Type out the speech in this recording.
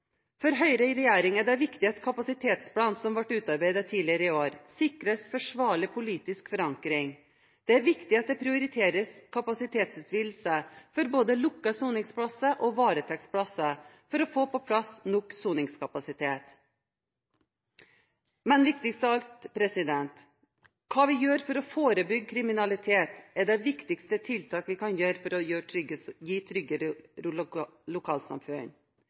For Høyre i regjering er det viktig at kapasitetsplanen som ble utarbeidet tidligere i år, sikres forsvarlig politisk forankring. Det er viktig at det prioriteres kapasitetsutvidelser for både lukkede soningsplasser og varetektsplasser for å få på plass nok soningskapasitet. Men viktigst av alt er hva vi gjør for å forebygge kriminalitet. Det er det viktigste tiltaket vi kan gjøre for å